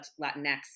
Latinx